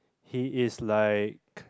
he is like